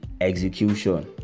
execution